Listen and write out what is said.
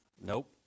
Nope